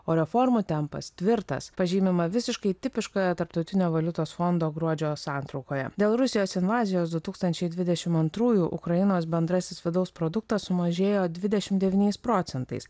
o reformų tempas tvirtas pažymima visiškai tipiškoje tarptautinio valiutos fondo gruodžio santraukoje dėl rusijos invazijos du tūkstančiai dvidešim antrųjų ukrainos bendrasis vidaus produktas sumažėjo dvidešim devyniais procentais